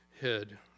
head